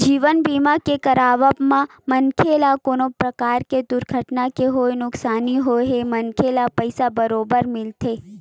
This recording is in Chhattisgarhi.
जीवन बीमा के करवाब म मनखे ल कोनो परकार ले दुरघटना के होय नुकसानी होए हे मनखे ल पइसा बरोबर मिलथे